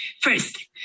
First